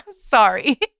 sorry